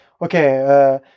Okay